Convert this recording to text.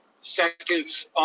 seconds